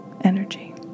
energy